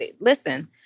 Listen